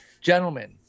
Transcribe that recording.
gentlemen